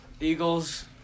Eagles